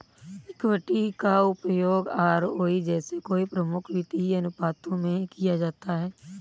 equity का उपयोग ROE जैसे कई प्रमुख वित्तीय अनुपातों में किया जाता है